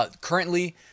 currently